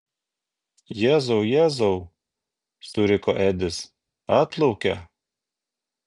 jėzau jėzau suriko edis atplaukia